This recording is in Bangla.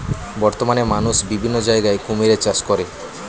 বর্তমানে মানুষ বিভিন্ন জায়গায় কুমিরের চাষ করে